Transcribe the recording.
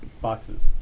Boxes